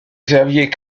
xavier